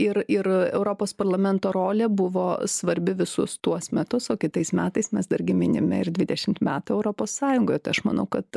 ir ir europos parlamento rolė buvo svarbi visus tuos metus o kitais metais mes dargi minime ir dvidešimt metų europos sąjungoje tai aš manau kad